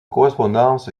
correspondance